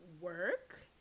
work